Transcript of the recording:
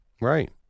Right